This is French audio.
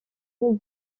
quasi